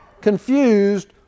confused